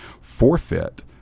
forfeit